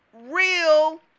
real